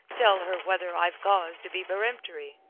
tell her whether i've cause to be peremptory.